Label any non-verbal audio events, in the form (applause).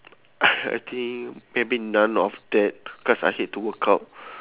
(noise) I think maybe none of that cause I hate to workout